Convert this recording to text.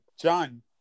John